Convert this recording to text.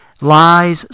lies